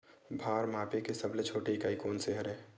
भार मापे के सबले छोटे इकाई कोन सा हरे?